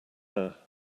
there